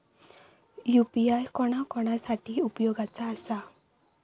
UPI कोणा कोणा साठी उपयोगाचा आसा?